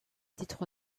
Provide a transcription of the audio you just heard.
titre